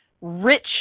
rich